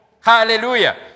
Hallelujah